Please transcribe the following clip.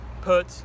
put